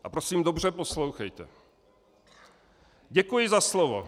A prosím, dobře poslouchejte: Děkuji za slovo.